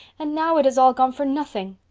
and now it has all gone for nothing.